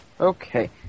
Okay